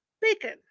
Bacon